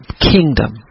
kingdom